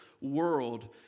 world